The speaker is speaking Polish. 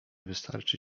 wystarczy